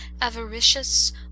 avaricious